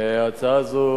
הצעה זו